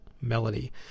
melody